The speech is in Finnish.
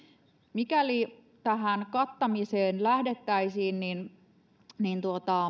mikäli kattamiseen lähdettäisiin niin niin